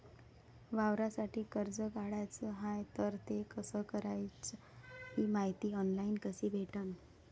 वावरासाठी कर्ज काढाचं हाय तर ते कस कराच ही मायती ऑनलाईन कसी भेटन?